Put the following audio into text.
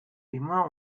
immer